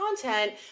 content